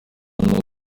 nuko